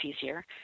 easier